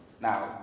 Now